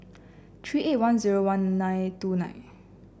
three eight one zero one nine two nine